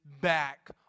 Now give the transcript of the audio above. back